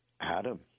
Adam